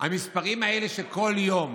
המספרים האלה שכל יום